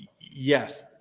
yes